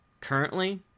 Currently